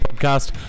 Podcast